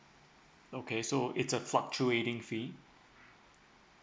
okay so it's a fluctuating fee